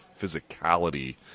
physicality